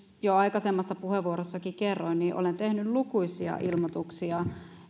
jo aikaisemmassa puheenvuorossakin kerroin tehnyt lukuisia ilmoituksia